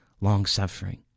long-suffering